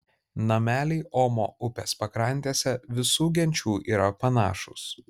nameliai omo upės pakrantėse visų genčių yra panašūs